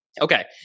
Okay